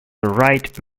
write